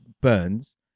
burns